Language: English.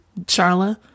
Charla